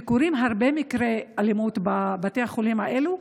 וקורים הרבה מקרי אלימות בבתי החולים האלו.